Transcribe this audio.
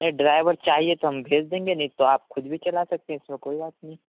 نہیں ڈرائیور چاہیے تو ہم بھیج دیں گے نہیں تو آپ خود بھی چلا سکتے ہیں اس میں کوئی بات نہیں